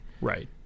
Right